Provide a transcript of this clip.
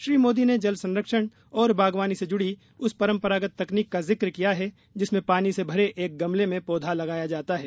श्री मोदी ने जल संरक्षण और बागवानी से जुड़ी उस परंपरागत तकनीक का जिक्र किया है जिसमें पानी से भरे एक गमले में पौधा लगाया जाता है